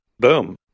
Boom